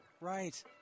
right